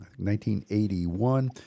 1981